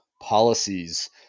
policies